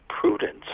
prudence